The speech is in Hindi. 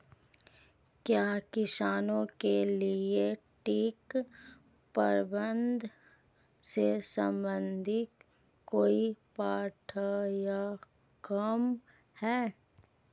क्या किसानों के लिए कीट प्रबंधन से संबंधित कोई पाठ्यक्रम है?